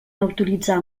autoritzar